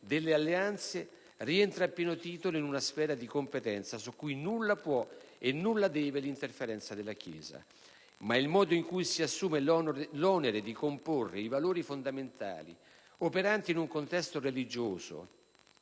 delle alleanze, rientra a pieno titolo in una sfera di competenza su cui nulla può e nulla deve l'interferenza della Chiesa. Ma il modo in cui si assume l'onere di comporre i valori fondamentali operanti in un contesto religioso